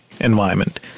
environment